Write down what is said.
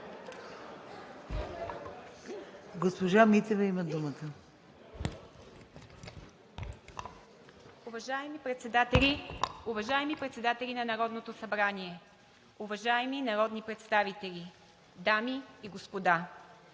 Госпожа Митева има думата.